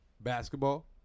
basketball